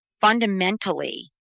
fundamentally